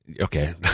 Okay